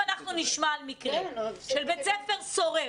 על מקרה של בית ספר סורר,